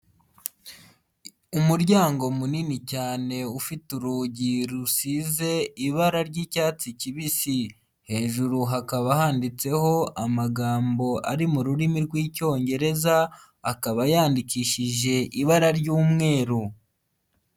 Umuryango munini cyane ufite urugi rusize ibara ry'icyatsi kibisi. Hejuru hakaba handitseho amagambo ari mu rurimi rw'Icyongereza akaba yandikishije ibara ry'umweru.